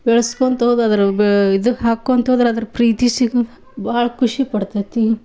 ಬೆಳ್ಸ್ಕೋತಾ ಹೋಗಾದ್ರು ಬೆ ಇದು ಹಾಕೋತಾ ಹೋದ್ರೆ ಅದ್ರ ಪ್ರೀತಿ ಸಿಗೋದು ಭಾಳ ಖುಷಿ ಕೊಡ್ತೈತಿ